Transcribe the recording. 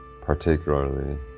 particularly